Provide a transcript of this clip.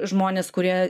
žmones kurie